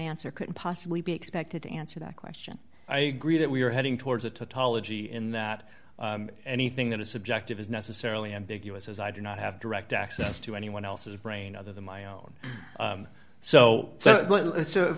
answer couldn't possibly be expected to answer that question i agree that we are heading towards a tautology in that anything that is subjective is necessarily ambiguous as i do not have direct access to anyone else's brain other than my own so so